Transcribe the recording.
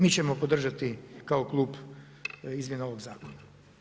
Mi ćemo podržati kao Klub izmjene ovog zakona.